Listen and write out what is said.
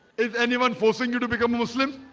is anyone forcing you to become a muslim?